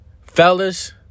Fellas